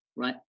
Right